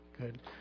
Good